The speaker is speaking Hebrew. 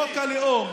חוק הלאום,